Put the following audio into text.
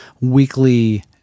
weekly